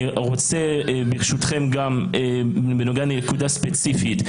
אני רוצה ברשותכם בנוגע לנקודה ספציפית,